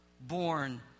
born